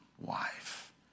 wife